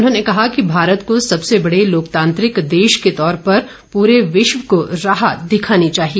उन्होंने कहा कि भारत को सबसे बड़े लोकतांत्रिक देश के तौर पर पूरे विश्व को राह दिखानी चाहिए